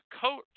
coat